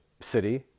city